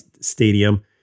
Stadium